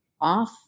off